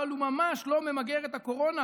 אבל הוא ממש לא ממגר את הקורונה.